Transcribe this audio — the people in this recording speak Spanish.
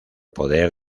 poder